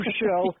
show